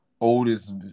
oldest